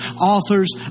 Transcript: authors